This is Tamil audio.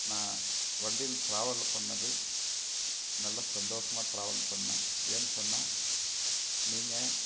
நான் வண்டியில் ட்ராவல் பண்ணிணது நல்ல சந்தோஷமா ட்ராவல் பண்ணிணேன் ஏன் சொன்னால் நீங்கள்